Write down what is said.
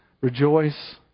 Rejoice